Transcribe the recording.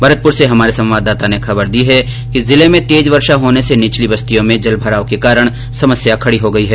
भरतपुर से हमारे संवाददाता ने खबर दी है कि जिलें में तेज वर्षा होने से निचली बस्तियों में जल भराव के कारण समस्या खडी हो गई है